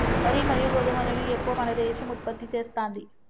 వరి మరియు గోధుమలను ఎక్కువ మన దేశం ఉత్పత్తి చేస్తాంది